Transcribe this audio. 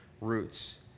roots